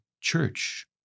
Church